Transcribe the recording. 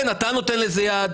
כן, אתה נותן לזה יד